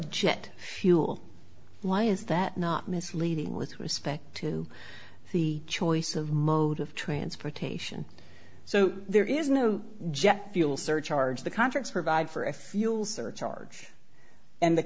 jet fuel why is that not misleading with respect to the choice of mode of transportation so there is no jet fuel surcharge the contracts provide for a fuel surcharge and the